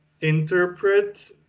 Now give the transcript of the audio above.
interpret